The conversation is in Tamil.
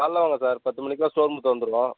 காலையில் வாங்க சார் பத்து மணிக்கெலாம் ஷோ ரூம் திறந்துருவோம்